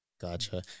gotcha